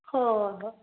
ꯍꯣꯏ ꯍꯣꯏ